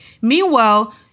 Meanwhile